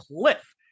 cliff